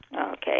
Okay